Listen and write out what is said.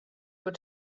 were